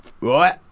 Right